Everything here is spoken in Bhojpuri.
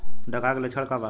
डकहा के लक्षण का वा?